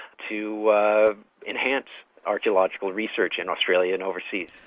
to enhance archaeological research in australia and overseas.